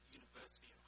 university